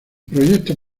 proyecto